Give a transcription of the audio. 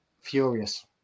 Furious